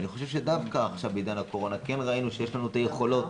ואני חושב שדווקא עכשיו בעידן הקורונה כן ראינו שיש לנו את ה יכולות,